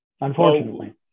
Unfortunately